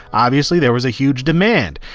obviously, there was a huge demand.